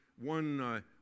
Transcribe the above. one